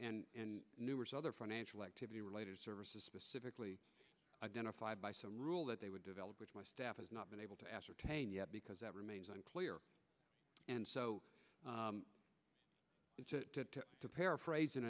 services and numerous other financial activity related services specifically identified by some rule that they would develop with my staff has not been able to ascertain yet because that remains unclear and so